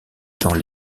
dans